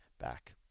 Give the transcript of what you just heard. back